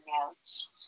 notes